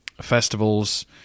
Festivals